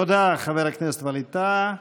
תודה, חבר הכנסת ווליד טאהא.